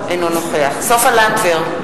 אינו נוכח סופה לנדבר,